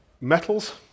metals